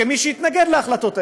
כמי שהתנגד להחלטות האלה,